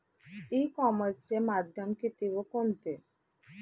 E कॉमर्सचे माध्यम किती व कोणते?